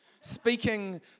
Speaking